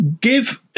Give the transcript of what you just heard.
Give